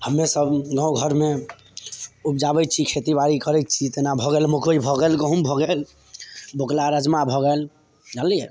हम्मे सब गाँव घरमे उपजाबै छी खेतीबाड़ी करै छी जेना भऽ गेल मकइ भऽ गेल गहूॅंम भऽ गेल बोकला राजमा भऽ गेल जनलियै